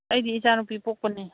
ꯑꯩꯗꯤ ꯏꯆꯥꯅꯨꯄꯤ ꯄꯣꯛꯄꯅꯦ